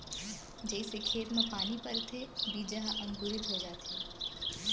जइसे खेत म पानी परथे बीजा ह अंकुरित हो जाथे